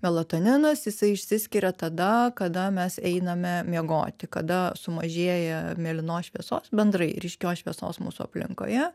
melatoninas jisai išsiskiria tada kada mes einame miegoti kada sumažėja mėlynos šviesos bendrai ryškios šviesos mūsų aplinkoje